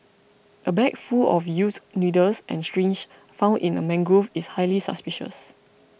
a bag full of used needles and syringes found in a mangrove is highly suspicious